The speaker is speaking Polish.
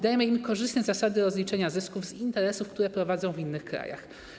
Dajemy im korzystne zasady rozliczenia zysków z interesów, które prowadzą w innych krajach.